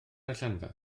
allanfa